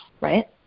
right